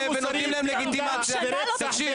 ונותנים להם לגיטימציה --- מבחינה מוסרית רצח זה